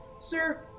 sir